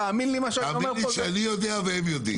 תאמין לי, שאני יודע והם יודעים.